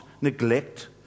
neglect